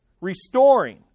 restoring